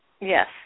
Yes